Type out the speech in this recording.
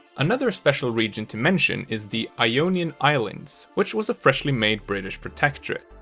another special region to mention, is the ionian islands, which was a freshly made british protectorate.